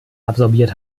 absorbiert